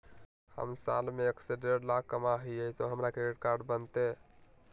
हम साल में एक से देढ लाख कमा हिये तो हमरा क्रेडिट कार्ड बनते?